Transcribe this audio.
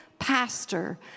pastor